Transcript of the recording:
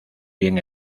bien